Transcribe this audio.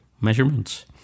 measurements